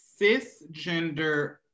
cisgender